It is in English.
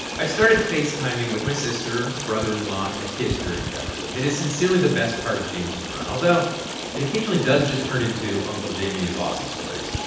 i've started facetiming with my sister, brother-in-law and the kids during jeopardy! and it is sincerely the best part of james' run. although it occasionally does just turn into uncle-jamie-is-awesome stories